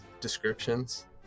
descriptions